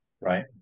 Right